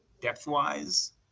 depth-wise